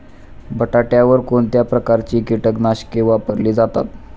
बटाट्यावर कोणत्या प्रकारची कीटकनाशके वापरली जातात?